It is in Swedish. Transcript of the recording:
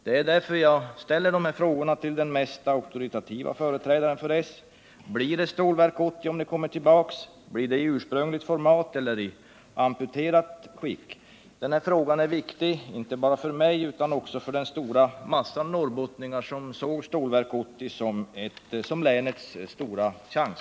Det är därför jag ställer de här frågorna till den mest auktoritativa företrädaren för socialdemokraterna. Blir det ett Stålverk 80 om ni kommer tillbaka? Blir det i ursprungligt format eller i amputerat skick? Den här frågan är viktig, inte bara för mig utan också för den stora massan norrbottningar, som såg Stålverk 80 som länets stora chans.